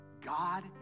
God